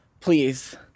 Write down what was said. please